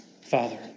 Father